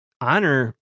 honor